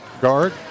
guard